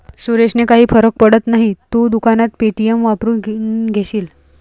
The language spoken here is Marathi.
सुरेशने काही फरक पडत नाही, तू दुकानात पे.टी.एम वापरून घेशील